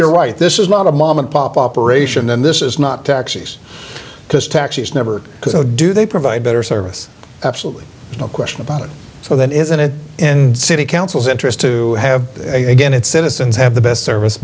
your right this is not a mom and pop operation and this is not taxes because taxes never do they provide better service absolutely no question about it so then isn't it and city councils interest to have again its citizens have the best service